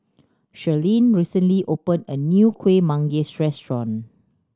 Shirleen recently opened a new Kueh Manggis restaurant